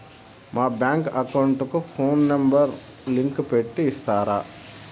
మా bank account కు phone number link పెట్టి ఇస్తారా?